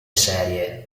serie